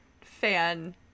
fan